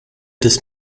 des